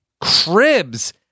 Cribs